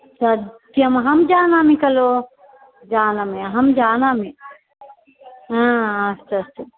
सत्यमहं जानामि खलु जानामि अहं जानामि हा अस्तु अस्तु